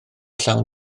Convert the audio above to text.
llawn